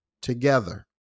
together